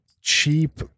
cheap